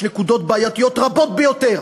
יש נקודות בעייתיות רבות ביותר.